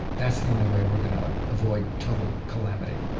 that's the only way we're going to avoid total calamity